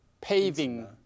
paving